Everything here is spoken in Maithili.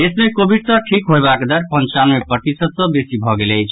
देश मे कोविड सँ ठीक होयबाक दर पंचानवे प्रतिशत सँ बेसी भऽ गेल अछि